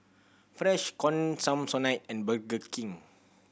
Freshkon Samsonite and Burger King